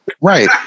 right